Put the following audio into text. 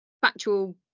factual